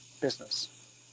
business